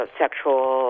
sexual